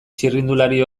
txirrindulari